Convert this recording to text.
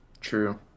True